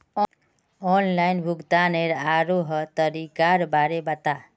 online भुग्तानेर आरोह तरीकार बारे बता